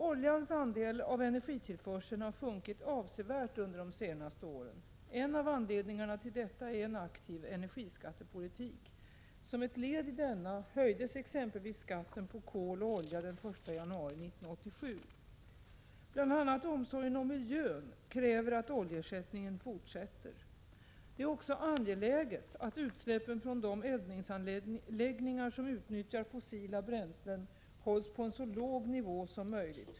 Oljans andel av energitillförseln har sjunkit avsevärt under de senaste åren. En av anledningarna till detta är en aktiv energiskattepolitik. Som ett led i denna höjdes exempelvis skatten på kol och olja den 1 januari 1987. Bl. a. omsorgen om miljön kräver att oljeersättningen fortsätter. Det är också angeläget att utsläppen från de eldningsanläggningar som utnyttjar fossila bränslen hålls på en så låg nivå som möjligt.